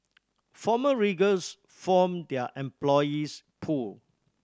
former riggers form their employees pool